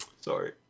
sorry